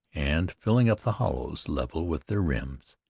and filling up the hollows level with their rims.